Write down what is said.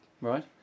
Right